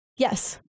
Yes